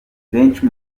benshi